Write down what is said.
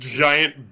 giant